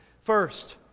First